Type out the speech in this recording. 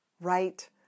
right